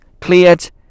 cleared